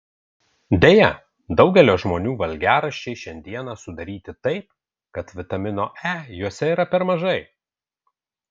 deja daugelio žmonių valgiaraščiai šiandieną sudaryti taip kad vitamino e juose yra per mažai